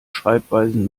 schreibweisen